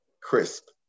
crisp